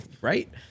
right